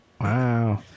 Wow